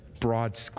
broad